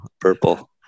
Purple